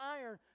iron